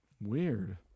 Weird